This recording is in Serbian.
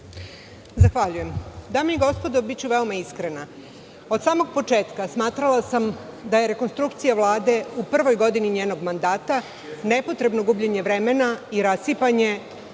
Zahvaljujem. Dame i gospodo, biću veoma iskrena. Od samog početka smatrala sam da je rekonstrukcija Vlade u prvoj godini njenog mandata nepotrebno gubljenje vremena i rasipanje